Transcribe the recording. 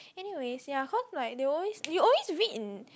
anyways yeah cause like they always you always read in